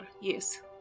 yes